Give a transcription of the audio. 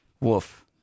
Wolf